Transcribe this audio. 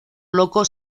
loco